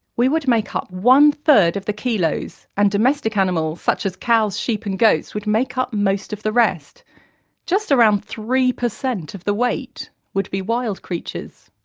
we would make up one-third of the kilos and domestic animals, such as cows, sheep and goats, would make up most of the rest just around three percent of the weight would be wild creatures.